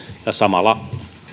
ja samalla